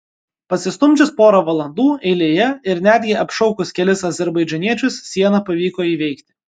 pasistumdžius porą valandų eilėje ir netgi apšaukus kelis azerbaidžaniečius sieną pavyko įveikti